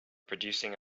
producing